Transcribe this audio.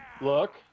Look